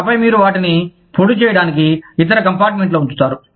ఆపై మీరు వాటిని పొడి చేయడానికి ఇతర కంపార్ట్మెంట్లో ఉంచుతారు